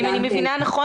אבל אם אני מבינה נכון,